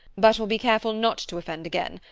but will be careful not to offend again.